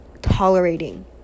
Tolerating